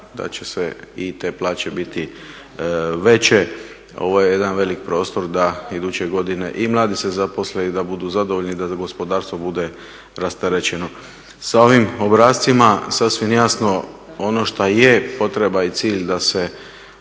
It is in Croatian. da će se i te plaće biti veće. Ovo je jedan velik prostor da iduće godine i mladi se zaposle i da budu zadovoljni i da gospodarstvo bude rasterećeno. Sa ovim obrascima sasvim jasno ono šta je potreba i cilj da se